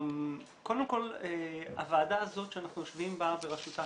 קודם כל הוועדה הזאת שאנחנו יושבים בה בראשותה